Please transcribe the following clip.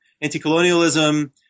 anti-colonialism